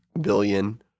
billion